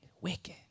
Wicked